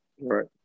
right